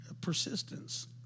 persistence